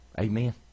Amen